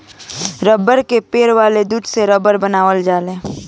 रबड़ के पेड़ वाला दूध से रबड़ बनावल जाला